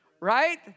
Right